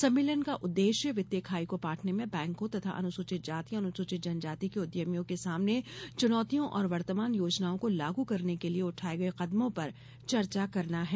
सम्मेलन का उद्देश्य वित्तीय खाई को पाटने में बैंकों तथा अनुसूचित जाति और अनुसूचित जनजाति के उद्यमियों के सामने चुनौतियों और वर्तमान योजनाओं को लागू करने के लिए उठाये गए कदमों पर चर्चा करना है